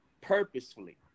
purposefully